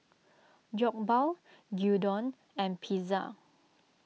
Jokbal Gyudon and Pizza